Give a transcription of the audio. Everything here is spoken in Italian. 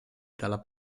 dalla